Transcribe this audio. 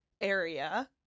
area